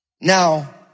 Now